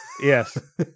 Yes